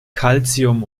calcium